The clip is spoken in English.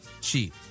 cheap